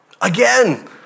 Again